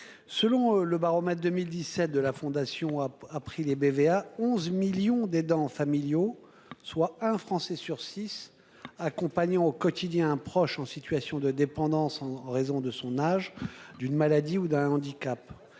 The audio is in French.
Selon le baromètre des aidants 2017 de la Fondation April et de BVA, 11 millions d'aidants familiaux, soit un Français sur six, accompagnent au quotidien un proche en situation de dépendance en raison de son âge, d'une maladie ou d'un handicap.